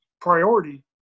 priority